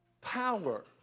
power